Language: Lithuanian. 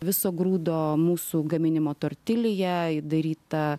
viso grūdo mūsų gaminimo tortilija įdaryta